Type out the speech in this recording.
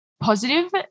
positive